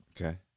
okay